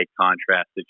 contrast